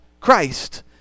Christ